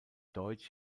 deutsch